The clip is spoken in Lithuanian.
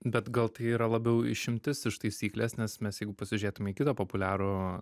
bet gal tai yra labiau išimtis iš taisyklės nes mes jeigu pasižiūrėtume į kitą populiarų